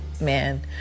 man